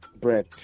Bread